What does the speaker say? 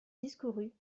discourut